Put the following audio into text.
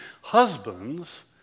Husbands